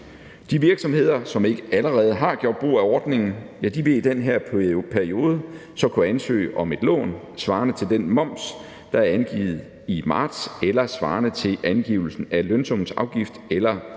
De virksomheder, som ikke allerede har gjort brug af ordningen, vil i den her periode så kunne ansøge om et lån svarende til den moms, der er angivet i marts, eller svarende til angivelsen af lønsumsafgift eller, som